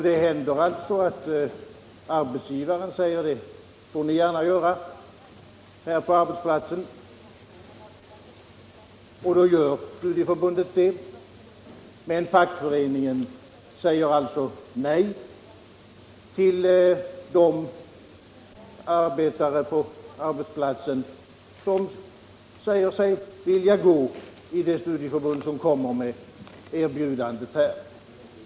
Det händer alltså att arbetsgivaren säger att undervisning får ske på arbetsplatsen, och då anordnar studieförbundet sådan. Men fackföreningen säger alltså nej till de arbetare som vill delta i undervisning hos det studieförbund som kommer med erbjudandet.